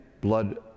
blood